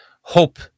hope